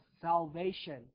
salvation